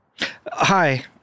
Hi